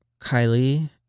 Kylie